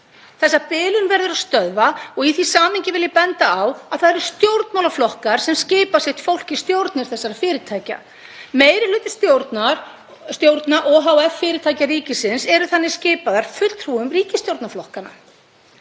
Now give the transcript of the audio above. Þessa bilun verður að stöðva og í því samhengi vil ég benda á að það eru stjórnmálaflokkar sem skipa sitt fólk í stjórnir þessara fyrirtækja. Meiri hluti stjórna ohf.-fyrirtækja ríkisins eru þannig skipaðar fulltrúum ríkisstjórnarflokkanna.